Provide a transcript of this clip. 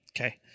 Okay